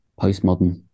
postmodern